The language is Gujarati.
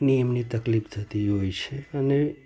નિયમની તકલીફ થતી હોય છે અને